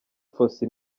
fossey